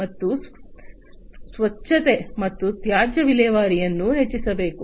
ಮತ್ತು ಸ್ವಚ್ಛತೆ ಮತ್ತು ತ್ಯಾಜ್ಯ ವಿಲೇವಾರಿಯನ್ನು ಹೆಚ್ಚಿಸಬೇಕು